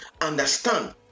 understand